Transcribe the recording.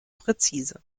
präzise